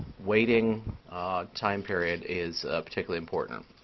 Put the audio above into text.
waiting time period is particularly important.